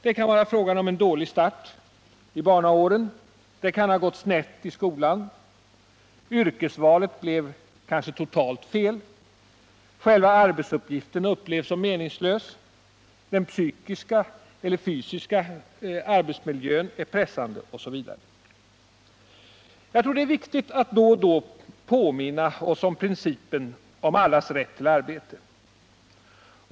Det kan vara fråga om en dålig start i barnaåren, det kan ha gått snett i skolan, yrkesvalet blev kanske totalt fel, själva arbetsuppgiften kanske upplevs meningslös, den psykiska eller fysiska arbetsmiljön kan vara pressande, osv. Jag tror det är viktigt att då och då påminna oss om principen om allas rätt till arbete.